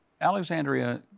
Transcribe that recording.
Alexandria